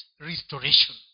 restoration